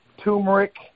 turmeric